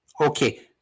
Okay